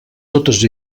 totes